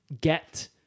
get